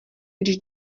když